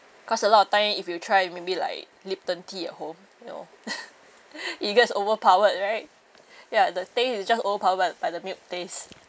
cause a lot of time if you try maybe like Lipton tea at home you know it gets overpowered right ya the teh it just overpowered by by the milk taste